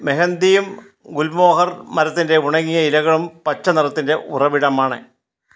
മെഹന്ദിയും ഗുൽമോഹർ മരത്തിൻ്റെ ഉണങ്ങിയ ഇലകളും പച്ച നിറത്തിൻ്റെ ഉറവിടമാണ്